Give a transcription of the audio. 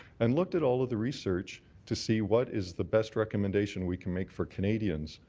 and looked at all of the research to see what is the best recommendation we can make for canadians.